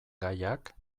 gaiak